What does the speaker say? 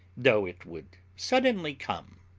though it would suddenly come.